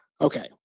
Okay